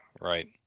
right